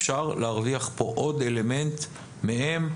אפשר להרוויח פה עוד אלמנט מהם,